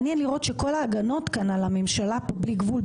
מעניין לראות שכל ההגנות כאן על הממשלה פה בלי גבול,